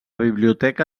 biblioteca